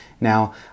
now